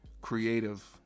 creative